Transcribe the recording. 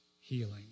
healing